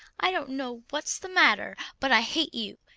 i don't know what's the matter, but i hate you!